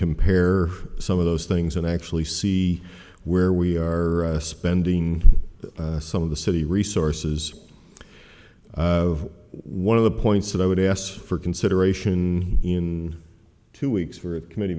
compare some of those things and actually see where we are spending some of the city resources of one of the points that i would ask for consideration in two weeks for a committe